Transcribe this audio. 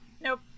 Nope